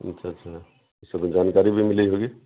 اچھا اچھا سب جانکاری بھی ملی ہوگی